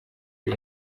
ari